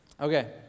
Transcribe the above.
Okay